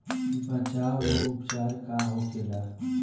बचाव व उपचार का होखेला?